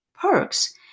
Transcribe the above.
perks